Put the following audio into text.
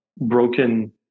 broken